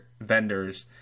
Vendors